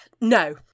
No